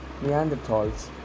Neanderthals